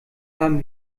haben